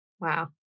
Wow